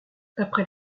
après